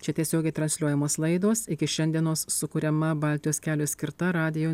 čia tiesiogiai transliuojamos laidos iki šiandienos sukuriama baltijos keliui skirta radijo